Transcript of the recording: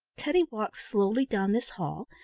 teddy walked slowly down this hall,